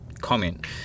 comment